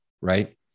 right